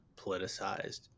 politicized